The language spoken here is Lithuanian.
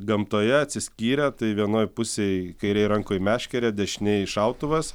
gamtoje atsiskyrę tai vienoj pusėj kairėj rankoj meškerė dešinėj šautuvas